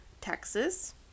Texas